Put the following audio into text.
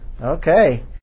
Okay